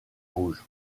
rouge